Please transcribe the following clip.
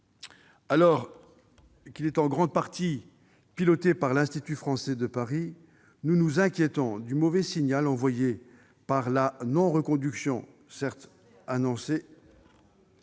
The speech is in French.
Alors qu'il est en grande partie piloté par l'Institut français de Paris, nous nous inquiétons du mauvais signal envoyé par la non-reconduction, certes annoncée,